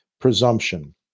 Presumption